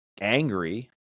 angry